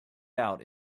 out